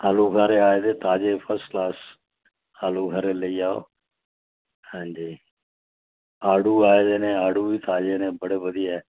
आलूबुखारे आए दे ताज़े फर्स्ट क्लास आलूबखारे लेई जाओ हां जी आडू आए दे न आडू बी ताजे न बड़े बधियै